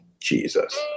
jesus